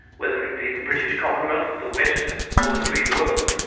whether it be the british commonwealth, the west, or the free world